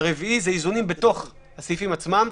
הרביעי איזונים בתוך הסעיפים עצמם.